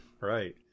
Right